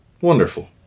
Wonderful